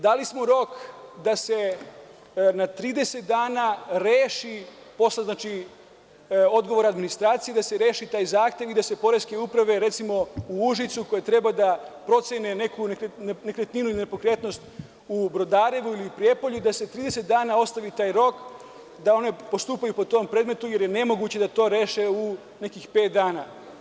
Dali smo rok da se na 30 dana reši, posle odgovora administracije, taj zahtev i da se poreske uprave, recimo u Užicu, koje treba da procene neku nekretninu ili nepokretnost u Brodarevu ili u Prijepolju, da se 30 dana ostavi taj rok, da one postupaju po tom predmetu, jer je nemoguće da to reše u nekih pet dana.